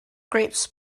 grapes